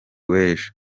w’ejo